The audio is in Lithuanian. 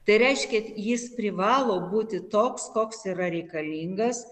tai reiškia jis privalo būti toks koks yra reikalingas